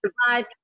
survive